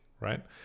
right